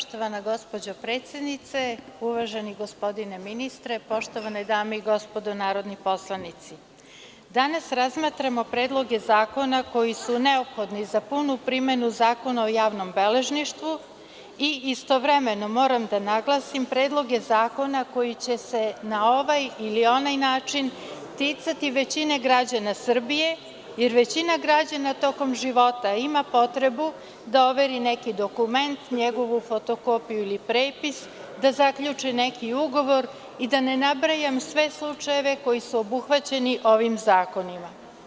Poštovana gospođo predsednice, uvaženi gospodine ministre, poštovane dame i gospodo narodni poslanici, danas razmatramo predloge zakona koji su neophodni za punu primenu Zakona o javnom beležništvu i istovremeno moram da naglasim predloge zakona koji će se na ovaj ili onaj način ticati većine građana Srbije, jer većina građana tokom života ima potrebu da overi neki dokument, njegovu fotokopiju ili prepis, da zaključi neki ugovor i da ne nabrajam sve slučajeve koji su obuhvaćeni ovim zakonima.